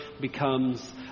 becomes